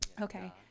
Okay